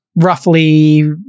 roughly